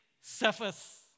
surface